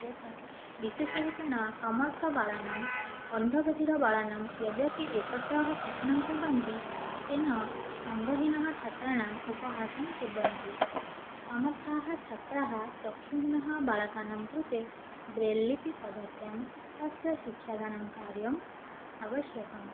यथा विशेषरूपेण समर्थबालानाम् अन्धबधिरबालानां यद्यपि एकत्रः पठनं कुर्वन्ति तेन अङ्गहीनछात्राणाम् उपहासं कुर्वन्ति समर्थाः छात्राः चक्षुहीनः बालकानां कृते ब्रेलि लिपिपद्धत्यां तस्य शिक्षादानं कार्यम् आवश्यकं